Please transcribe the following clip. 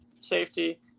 safety